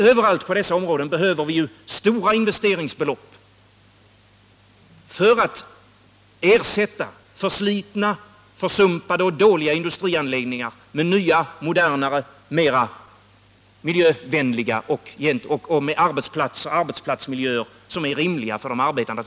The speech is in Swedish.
Överallt på dessa områden behöver vi stora investeringsbelopp för att ersätta förslitna, försummade och dåliga industrianläggningar med nya och modernare, mera miljövänliga arbetsplatser för de arbetande.